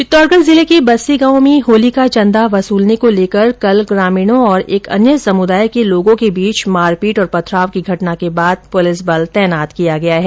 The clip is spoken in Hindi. चित्तौड़गढ़ जिले के बस्सी गांव में होली का चंदा वसूलने को लेकर कल ग्रामीणों और एक अन्य समुदाय के लोगों के बीच मारपीट और पथराव की घटना के बाद पुलिस बल तैनात किया गया है